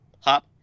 hop